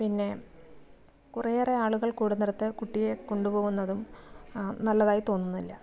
പിന്നെ കുറേയേറെ ആളുകൾ കൂടുന്നിടത് കുട്ടിയെ കൊണ്ടുപോകുന്നതും നല്ലതായി തോന്നുന്നില്ല